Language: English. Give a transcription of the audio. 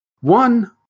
one